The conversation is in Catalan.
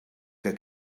que